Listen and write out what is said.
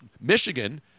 Michigan